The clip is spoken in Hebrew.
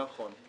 נכון.